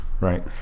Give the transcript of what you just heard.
right